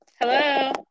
hello